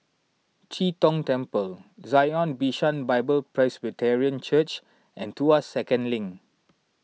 Chee Tong Temple Zion Bishan Bible Presbyterian Church and Tuas Second Link